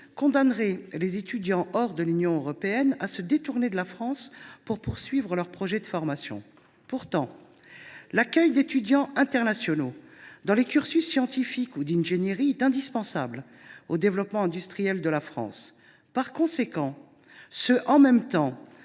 condamnerait les étudiants hors de l’Union européenne à se détourner de la France pour poursuivre leurs projets de formation. L’accueil d’étudiants internationaux dans les cursus scientifiques ou d’ingénierie est pourtant indispensable au développement industriel de la France. Le Gouvernement